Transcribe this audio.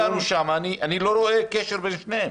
בסדר, הם דנו שם, אני לא רואה קשר בין שתיהן.